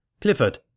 Clifford